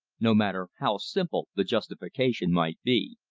no matter how simple the justification might be.